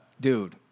dude